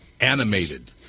animated